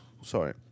sorry